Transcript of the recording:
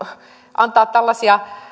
antaa tällaisia